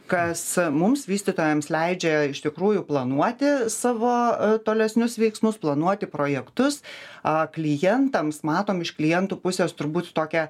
kas mums vystytojams leidžia iš tikrųjų planuoti savo tolesnius veiksmus planuoti projektus a klientams matom iš klientų pusės turbūt tokią